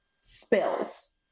spills